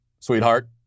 sweetheart